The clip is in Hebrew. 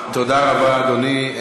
תודה רבה, אדוני.